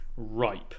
Ripe